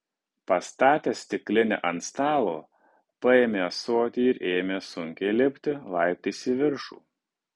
pastatęs stiklinę ant stalo paėmė ąsotį ir ėmė sunkiai lipti laiptais į viršų